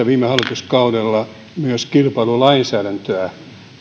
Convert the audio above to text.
viime hallituskaudella myös kilpailulainsäädäntöä